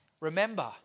Remember